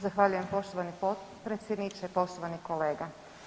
Zahvaljujem poštovani potpredsjedniče, poštovani kolega.